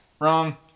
wrong